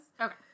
Okay